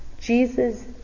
Jesus